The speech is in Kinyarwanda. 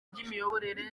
ry’imiyoborere